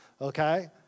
Okay